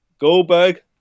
Goldberg